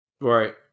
right